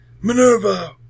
Minerva